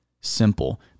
simple